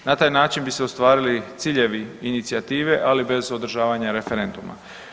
Na taj način bi se ostvarili ciljevi inicijative, ali bez održavanja referenduma.